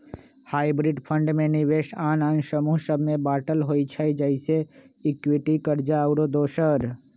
hybrid fund में निवेश आन आन समूह सभ में बाटल होइ छइ जइसे इक्विटी, कर्जा आउरो दोसर